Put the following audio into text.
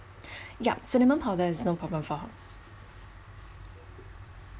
yup cinnamon powder is no problem for her